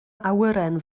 awyren